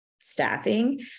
staffing